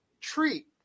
treat